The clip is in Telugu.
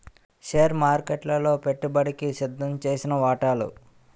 షేర్ మార్కెట్లలో పెట్టుబడికి సిద్దంచేసిన వాటాలు